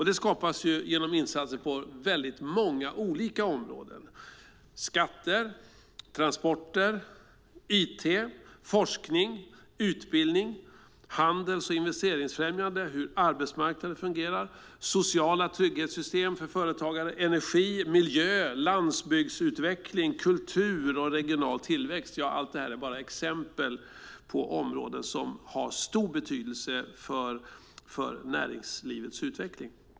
Det skapas genom insatser på många olika områden. Det handlar om skatter, om transporter, om it, om forskning, om utbildning, om handels och investeringsfrämjande, om hur arbetsmarknaden fungerar, om sociala trygghetssystem för företagare, om energi, om miljö, om landsbygdsutveckling, om kultur och om regional tillväxt. Ja, allt det är bara exempel på områden som har stor betydelse för näringslivets utveckling.